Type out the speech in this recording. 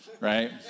Right